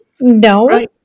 No